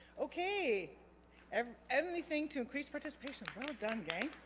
okay ever anything to increase participation when we're done game